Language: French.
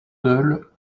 dol